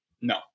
no